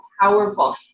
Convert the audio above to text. powerful